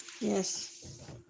Yes